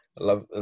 Love